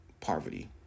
poverty